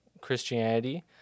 Christianity